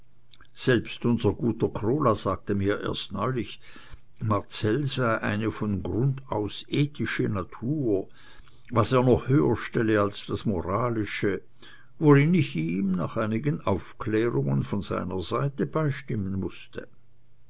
selbst unser guter krola sagte mir erst neulich marcell sei eine von grund aus ethische natur was er noch höher stelle als das moralische worin ich ihm nach einigen aufklärungen von seiner seite beistimmen mußte